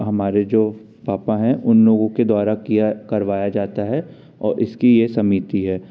हमारे जो पापा है उन लोगों के द्वारा किया करवाया जाता है और इसकी यह समिति है